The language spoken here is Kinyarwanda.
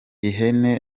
ihene